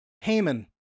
Haman